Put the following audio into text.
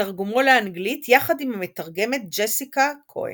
בתרגומו לאנגלית, יחד עם המתרגמת ג'סיקה כהן.